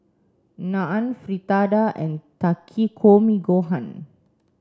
Naan Fritada and Takikomi gohan